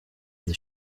iri